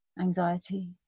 anxiety